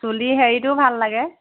চুলি হেৰিটোও ভাল লাগে